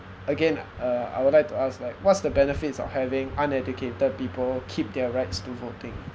again uh I would like to ask like what's the benefits of having uneducated people keep their rights to voting